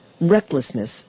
recklessness